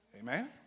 Amen